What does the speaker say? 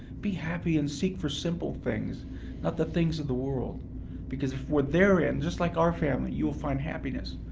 be happy and seek for simple things not the things of the world because for therein, just like our family, you'll find happiness.